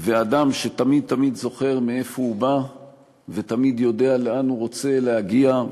ואדם שתמיד תמיד זוכר מאיפה הוא בא ותמיד יודע לאן הוא רוצה להגיע,